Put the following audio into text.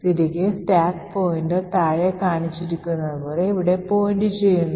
തിരികെ stack pointer താഴെ കാണിച്ചിരിക്കുന്ന പോലെ ഇവിടെ point ചെയ്യുന്നു